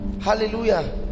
Hallelujah